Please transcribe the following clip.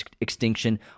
extinction